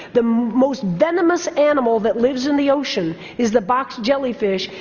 the most venomous animal that lives in the ocean is the box jellyfish.